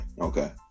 okay